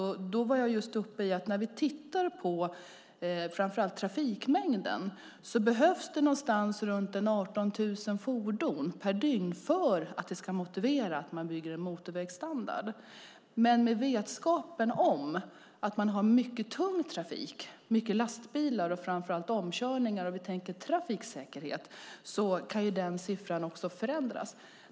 Då tog jag upp att när vi framför allt tittar på trafikmängden behövs det runt 18 000 fordon per dygn för att det ska vara motiverat att bygga med motorvägsstandard, men med vetskap om att det är mycket tung trafik, många lastbilar, och framför allt omkörningar kan den siffran också förändras om vi tänker på trafiksäkerheten.